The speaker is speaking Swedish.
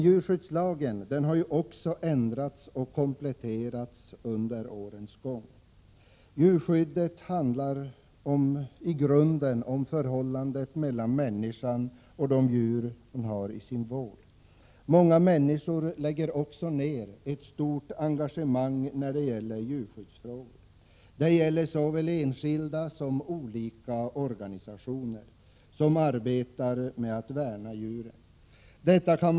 Djurskyddslagen har dock ändrats och kompletterats under årens lopp. Djurskyddet handlar i grunden om förhållandet mellan människan och de djur som hon har i sin vård. Många lägger ner ett stort engagemang i djurskyddsfrågor, och såväl enskilda människor som olika organisationer arbetar för att värna djurens intressen.